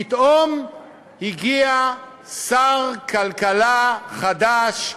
פתאום הגיע שר כלכלה חדש,